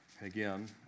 Again